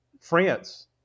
France